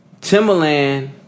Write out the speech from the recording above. Timberland